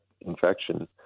infection